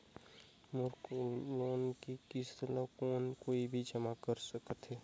मोर loan के किस्त ल कौन कोई भी जमा कर सकथे?